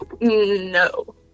No